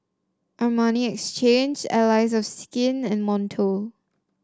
Armani Exchange Allies of Skin and Monto